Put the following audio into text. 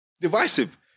divisive